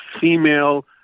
female